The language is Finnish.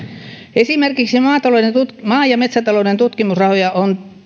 esimerkiksi maa ja metsätalouden tutkimusrahoja on